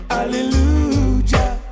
Hallelujah